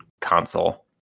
console